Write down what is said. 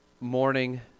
morning